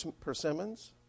persimmons